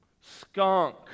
skunk